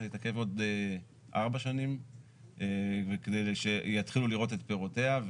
להתעכב עוד ארבע שנים כדי שיתחילו לראות את פירותיה.